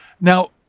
Now